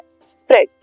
spread